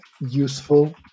useful